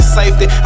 safety